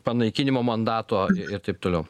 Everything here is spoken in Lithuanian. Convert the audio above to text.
panaikinimo mandato ir taip toliau